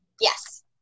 Yes